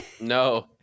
no